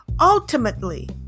ultimately